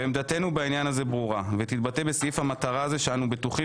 עמדתנו בעניין הזה ברורה ותתבטא בסעיף המטרה שאנו בטוחים